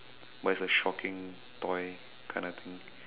but it's a shocking toy kind of thing